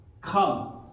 come